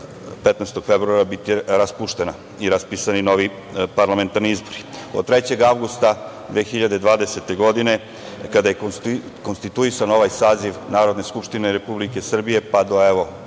15. februara biti raspuštena i raspisani novi parlamentarni izbori. Od 3. avgusta 2020. godine, kada je konstituisan ovaj saziv Narodne skupštine Republike Srbije, pa evo